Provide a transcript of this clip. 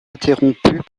interrompus